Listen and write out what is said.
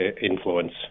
influence